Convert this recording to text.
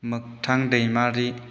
मोगथां दैमारि